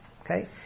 okay